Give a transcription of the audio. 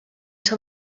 till